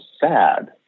sad